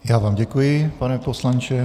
Já vám děkuji, pane poslanče.